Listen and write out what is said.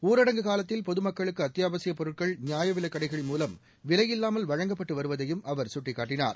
ஊரடங்கு காலத்தில் பொதுமக்களுக்கு அத்தியாவசியப் பொருட்கள் நியாவிலைக் கடைகள் மூலம் விலையில்லாமல் வழங்கப்பட்டு வருவதையும் அவர் சுட்டிக்காட்டினார்